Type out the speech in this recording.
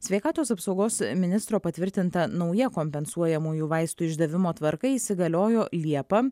sveikatos apsaugos ministro patvirtinta nauja kompensuojamųjų vaistų išdavimo tvarka įsigaliojo liepą